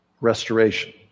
Restoration